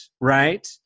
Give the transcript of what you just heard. right